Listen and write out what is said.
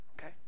okay